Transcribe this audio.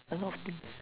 a lot of things